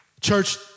Church